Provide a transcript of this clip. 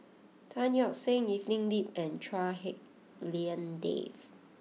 Tan Yeok Seong Evelyn Lip and Chua Hak Lien Dave